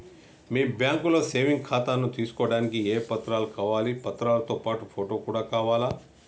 మీ బ్యాంకులో సేవింగ్ ఖాతాను తీసుకోవడానికి ఏ ఏ పత్రాలు కావాలి పత్రాలతో పాటు ఫోటో కూడా కావాలా?